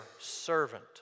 servant